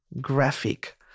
graphic